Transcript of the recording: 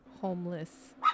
homeless